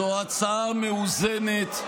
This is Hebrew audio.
זו הצעה מאוזנת,